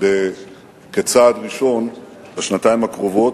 כצעד ראשון בשנתיים הקרובות,